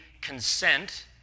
consent